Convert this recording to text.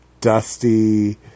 Dusty